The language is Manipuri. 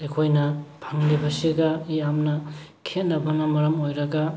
ꯑꯩꯈꯣꯏꯅ ꯐꯪꯂꯤꯕꯁꯤꯒ ꯌꯥꯝꯅ ꯈꯦꯠꯅꯕꯅ ꯃꯔꯝ ꯑꯣꯏꯔꯒ